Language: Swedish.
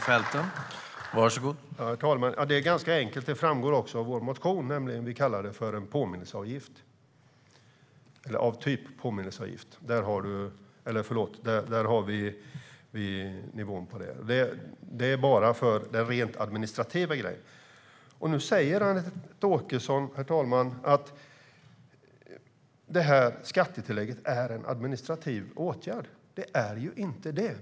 Herr talman! Det är ganska enkelt, och det framgår av vår motion. Vi kallar det en typ av påminnelseavgift. Det är nivån för detta, och det är bara för den rent administrativa grejen. Nu säger Anette Åkesson att skattetillägget är en administrativ åtgärd, herr talman. Det är ju inte det.